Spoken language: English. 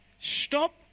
Stop